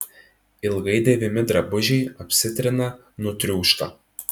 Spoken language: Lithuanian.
ilgai dėvimi drabužiai apsitrina nutriūšta